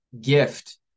gift